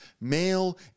male